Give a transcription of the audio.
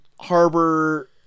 harbor